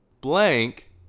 blank